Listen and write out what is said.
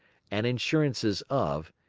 and insurances of,